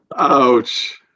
Ouch